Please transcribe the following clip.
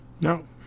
no